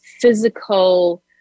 physical